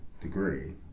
degree